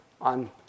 on